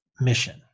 mission